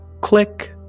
click